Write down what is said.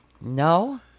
No